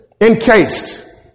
encased